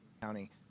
County